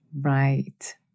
Right